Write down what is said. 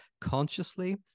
consciously